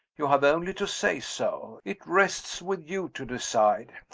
you have only to say so. it rests with you to decide.